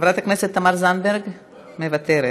חברת הכנסת תמר זנדברג, מוותרת,